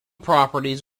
properties